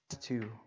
two